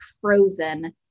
frozen